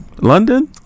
London